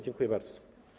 Dziękuję bardzo.